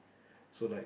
so like